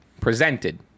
presented